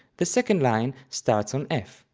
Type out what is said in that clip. the second line starts on f,